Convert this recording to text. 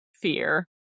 Fear